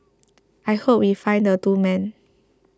I hope we find the two men